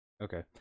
Okay